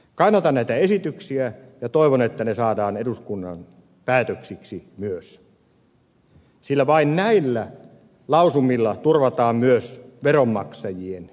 kannatan näitä esityksiä ja toivon että ne saadaan eduskunnan päätöksiksi myös sillä vain näillä lausumilla turvataan myös veronmaksajien etu